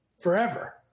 Forever